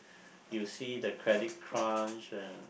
you see the credit crunch and